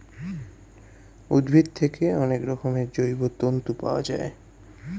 উদ্ভিদ থেকে অনেক রকমের জৈব তন্তু পাওয়া যায়